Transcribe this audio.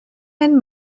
mynd